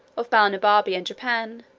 of balnibarbi and japan,